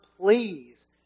please